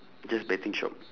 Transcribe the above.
just betting shop